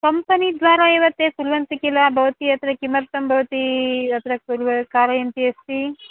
कम्पनीद्वारा एव ते कुर्वन्ति किल भवती अत्र किमर्थं भवती अत्र कु कारयन्ती अस्ति